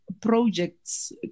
projects